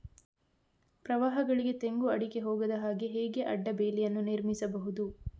ಪ್ರವಾಹಗಳಿಗೆ ತೆಂಗು, ಅಡಿಕೆ ಹೋಗದ ಹಾಗೆ ಹೇಗೆ ಅಡ್ಡ ಬೇಲಿಯನ್ನು ನಿರ್ಮಿಸಬಹುದು?